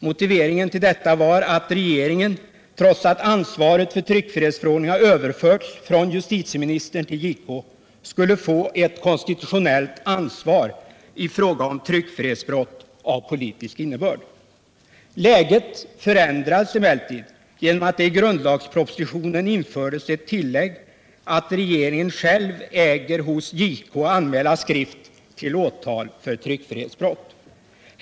Motiveringen till detta var att regeringen — trots att ansvaret för tryckfrihetsfrågorna överförs från justitieministern till JK — skulle få ett konstitutionellt ansvar i fråga om tryckfrihetsbrott av politisk innebörd. Läget förändrades emellertid genom att det i grundlagspropositionen infördes ett tillägg att regeringen själv äger hos JK anmäla skrift till åtal för tryckfrihetsbrott.